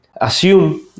assume